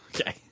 Okay